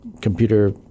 computer